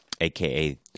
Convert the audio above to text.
aka